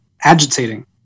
agitating